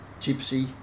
Gypsy